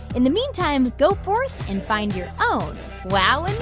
in the meantime, go forth and find your own wow